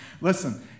Listen